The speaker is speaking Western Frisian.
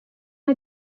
nei